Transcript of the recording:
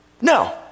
No